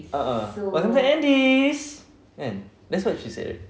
ah ah welcome to andes kan that's what she said right